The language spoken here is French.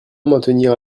maintenir